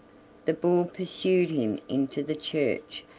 the boar pursued him into the church,